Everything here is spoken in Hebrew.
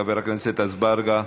חבר הכנסת אזברגה,